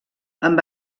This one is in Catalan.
amb